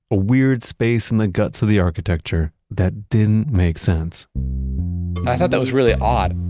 a weird space in the guts of the architecture that didn't make sense. and i thought that was really odd.